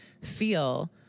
feel